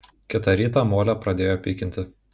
kitą rytą molę pradėjo pykinti